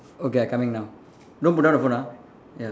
okay I coming now don't put down the phone ah ya